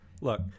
Look